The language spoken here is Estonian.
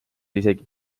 isegi